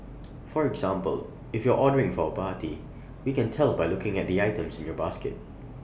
for example if you're ordering for A party we can tell by looking at the items in your basket